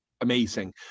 amazing